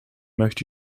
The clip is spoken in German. möchte